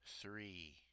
three